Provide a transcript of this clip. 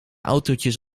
autootjes